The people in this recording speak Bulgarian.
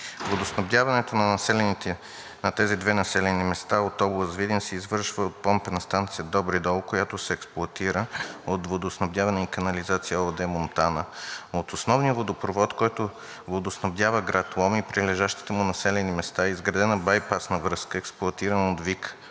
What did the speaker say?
Водоснабдяването на тези две населени места от област Видин се извършва от помпена станция „Добри дол“, която се експлоатира от „Водоснабдяване и канализация“ ООД – Монтана. От основния водопровод, който водоснабдява град Лом и прилежащите му населени места, е изградена байпасна връзка, експлоатирана от „ВиК“